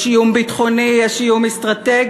יש איום ביטחוני, יש איום אסטרטגי.